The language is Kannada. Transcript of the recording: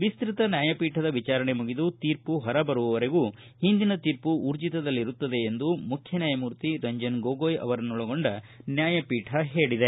ವಿಸ್ತ್ರತ ನ್ಯಾಯಪೀಠದ ವಿಚಾರಣೆ ಮುಗಿದು ತೀರ್ಪು ಹೊರ ಬೀರುವವರೆಗೂ ಹಿಂದಿನ ತೀರ್ಪು ಊರ್ಜಿತದಲ್ಲಿರುತ್ತದೆ ಎಂದು ಮುಖ್ಯ ನ್ಯಾಯಮೂರ್ತಿ ರಂಜನ್ ಗಗೋಯ್ ಅವರನ್ನೊಳಗೊಂಡ ನ್ಯಾಯಪೀಠ ಹೇಳಿದೆ